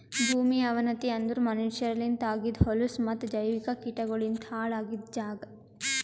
ಭೂಮಿಯ ಅವನತಿ ಅಂದುರ್ ಮನಷ್ಯರಲಿಂತ್ ಆಗಿದ್ ಹೊಲಸು ಮತ್ತ ಜೈವಿಕ ಕೀಟಗೊಳಲಿಂತ್ ಹಾಳ್ ಆಗಿದ್ ಜಾಗ್